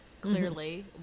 clearly